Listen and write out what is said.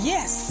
Yes